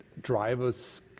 drivers